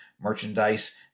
merchandise